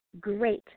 great